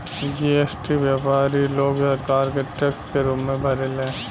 GST व्यापारी लोग सरकार के टैक्स के रूप में भरेले